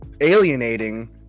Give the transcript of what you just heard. alienating